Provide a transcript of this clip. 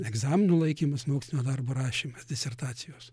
egzaminų laikymas mokslinio darbo rašymas disertacijos